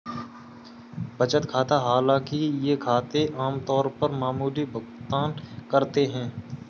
बचत खाता हालांकि ये खाते आम तौर पर मामूली भुगतान करते है